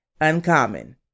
uncommon